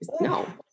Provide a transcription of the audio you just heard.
No